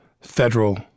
federal